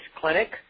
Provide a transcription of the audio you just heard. clinic